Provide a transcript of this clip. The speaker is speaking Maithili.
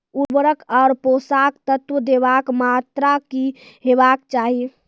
उर्वरक आर पोसक तत्व देवाक मात्राकी हेवाक चाही?